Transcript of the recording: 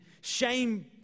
shame